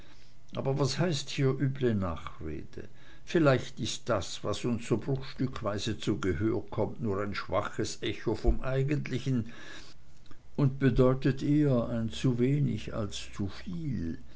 aber was heißt hier üble nachrede vielleicht ist das was uns so bruchstückweise zu gehör kommt nur ein schwaches echo vom eigentlichen und bedeutet eher ein zuwenig als ein zuviel